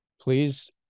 please